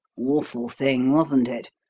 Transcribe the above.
awful thing, wasn't it?